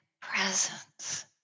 Presence